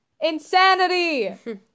Insanity